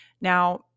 Now